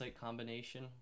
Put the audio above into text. combination